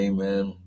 Amen